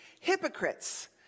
hypocrites